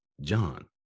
John